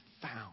found